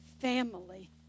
family